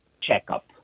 checkup